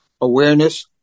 awareness